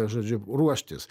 žodžiu ruoštis